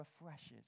refreshes